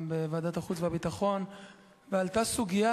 בוועדת החוץ והביטחון ועלתה סוגיה,